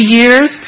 years